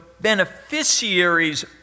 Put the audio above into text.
beneficiaries